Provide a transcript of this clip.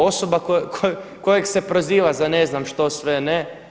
Osoba koju se proziva za ne znam što sve ne.